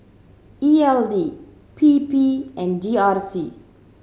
E L D P P and G R C